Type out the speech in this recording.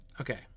Okay